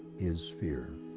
is fear.